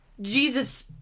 jesus